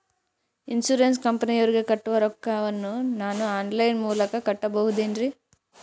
Insurance ಕಂಪನಿಯವರಿಗೆ ಕಟ್ಟುವ ರೊಕ್ಕ ವನ್ನು ನಾನು ಆನ್ ಲೈನ್ ಮೂಲಕ ಕಟ್ಟಬಹುದೇನ್ರಿ?